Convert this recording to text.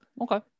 Okay